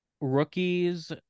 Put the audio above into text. Rookies